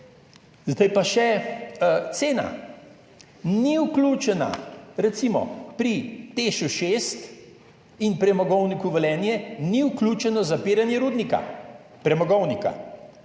Zdaj pa še cena, ki ni vključena. Recimo pri Teš 6 in Premogovniku Velenje ni vključeno zapiranje rudnika, premogovnika.